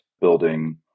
building